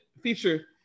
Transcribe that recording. feature